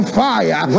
fire